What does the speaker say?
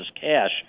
cash